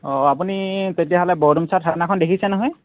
অঁ আপুনি তেতিয়াহ'লে বৰদুমছা থানাখন দেখিছে নহয়